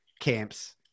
camps